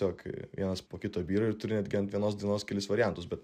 tokį vienas po kito byra ir turi netgi ant vienos dienos kelis variantus bet